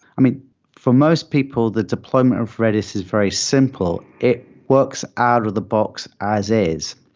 i mean for most people, the deployment of redis is very simple. it works out of the box as is.